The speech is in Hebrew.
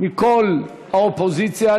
מכל האופוזיציה,